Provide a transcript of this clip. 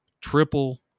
triple